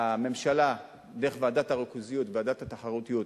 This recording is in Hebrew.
והממשלה, דרך ועדת הריכוזיות, ועדת התחרותיות,